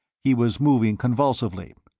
he was moving convulsively.